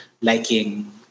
liking